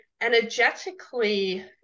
energetically